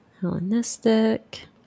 Hellenistic